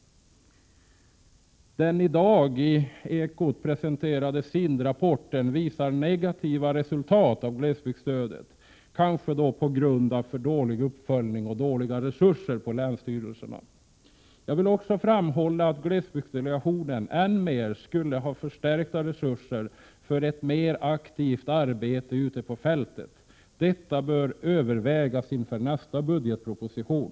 Den i dag i Dagens Eko presenterade SIND-rapporten visar negativa resultat av glesbygdsstödet, kanske på grund av för dålig uppföljning och dåliga resurser på länsstyrelserna. Jag vill vidare framhålla att glesbygdsdelegationen skulle ha än mer förstärkta resurser för ett ännu mer aktivt arbete ute på fältet. Detta bör övervägas inför nästa budgetproposition.